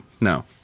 no